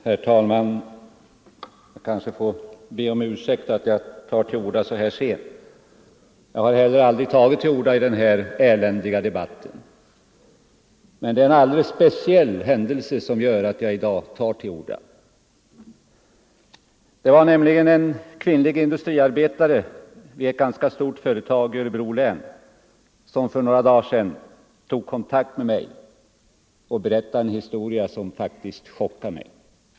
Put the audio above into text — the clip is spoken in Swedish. Herr talman! Jag kanske får be om ursäkt för att jag tar till orda så här sent. Jag har aldrig tidigare tagit till orda i den här eländiga debatten. Men det är en alldeles speciell händelse som föranleder mitt inlägg i dag. Det var nämligen en kvinnlig industriarbetare vid ett ganska stort företag i Örebro län som för några dagar sedan tog kontakt med mig och berättade en historia som faktiskt chockade mig.